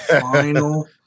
final